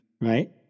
right